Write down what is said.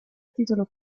titolo